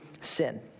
sin